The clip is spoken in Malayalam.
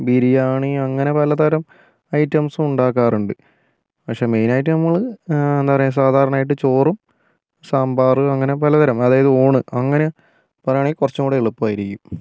ബിരിയാണി അങ്ങനെ പല തരം ഐറ്റംസും ഉണ്ടാക്കാറുണ്ട് പക്ഷേ മെയിൻ ആയിട്ട് നമ്മൾ എന്താ പറയാ സാധാരണ ആയിട്ട് ചോറും സാമ്പാർ അങ്ങനെ പല തരം അതായത് ഊണ് അങ്ങനെ പറയാണെങ്കിൽ കുറച്ചു കൂടെ എളുപ്പമായിരിക്കും